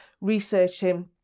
researching